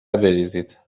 بریزید